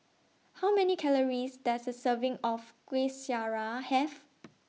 How Many Calories Does A Serving of Kuih Syara Have